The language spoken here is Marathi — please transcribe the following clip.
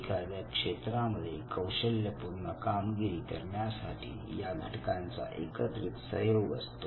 एखाद्या क्षेत्रामध्ये कौशल्य पूर्ण कामगिरी करण्यासाठी या घटकांचा एकत्रित सहयोग असतो